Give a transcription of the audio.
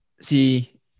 See